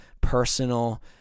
personal